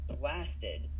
blasted